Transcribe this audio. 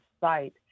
site